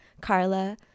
Carla